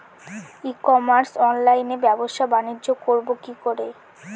ই commerce অনলাইনে ব্যবসা বানিজ্য করব কি করে?